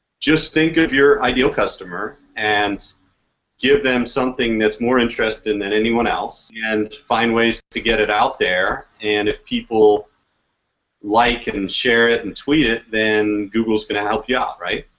just think of your ideal customer and give them something that's more interest than anyone else, and find ways to get it out there and if people like it and share it and tweet it, then google's gonna help you out, right?